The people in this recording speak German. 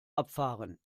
abfahren